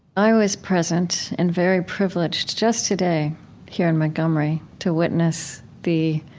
i was present and very privileged just today here in montgomery to witness the